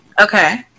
Okay